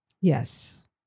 Yes